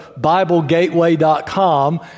BibleGateway.com